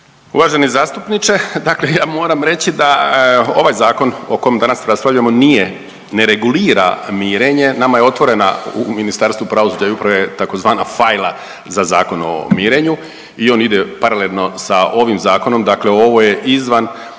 Uvaženi zastupniče, dakle ja moram reći da ovaj Zakon o kom danas raspravljamo nije, ne regulira mirenje, nama je otvorena, u Ministarstvu pravosuđa i uprave tzv. fajla za Zakon o mirenju i on ide paralelno sa ovim Zakonom, dakle ovo je izvanparnični